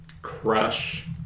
crush